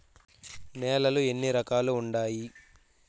నేలలు ఎన్ని రకాలు వుండాయి?